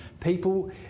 People